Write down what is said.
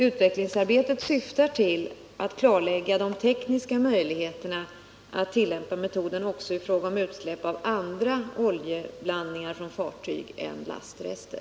Utvecklingsarbetet syftar till att klarlägga de tekniska möjligheterna att tillämpa metoden också i fråga om utsläpp av andra oljeblandningar från fartyg än lastrester.